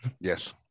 Yes